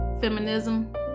Feminism